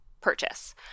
purchase